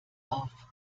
auf